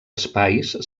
espais